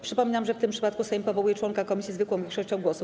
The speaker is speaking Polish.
Przypominam, że w tym przypadku Sejm powołuje członka komisji zwykłą większością głosów.